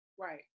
right